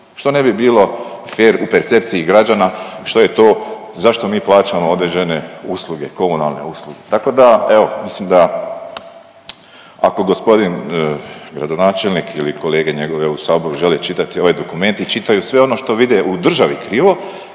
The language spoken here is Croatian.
što ne bi bilo fer u percepciji građana, što je to zašto mi plaćamo određene usluge, komunalne usluge. Tako da evo, mislim da ako gospodin gradonačelnik ili kolege njegove u saboru žele čitati ovaj dokument i čitaju sve ono što vide u državi krivo,